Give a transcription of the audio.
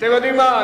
אתם יודעים מה?